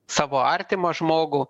savo artimą žmogų